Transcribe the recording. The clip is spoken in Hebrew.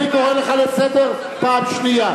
אני קורא אותך לסדר פעם שנייה.